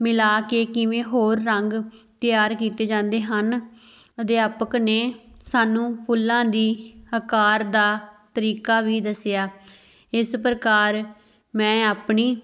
ਮਿਲਾ ਕੇ ਕਿਵੇਂ ਹੋਰ ਰੰਗ ਤਿਆਰ ਕੀਤੇ ਜਾਂਦੇ ਹਨ ਅਧਿਆਪਕ ਨੇ ਸਾਨੂੰ ਫੁੱਲਾਂ ਦੀ ਆਕਾਰ ਦਾ ਤਰੀਕਾ ਵੀ ਦੱਸਿਆ ਇਸ ਪ੍ਰਕਾਰ ਮੈਂ ਆਪਣੀ